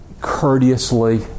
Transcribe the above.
courteously